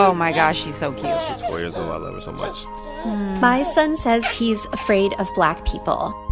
so my gosh. she's so cute she's four years old. i love her so much my son says he's afraid of black people